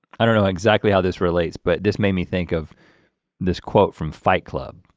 i don't know exactly how this relates, but this made me think of this quote from fight club.